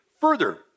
Further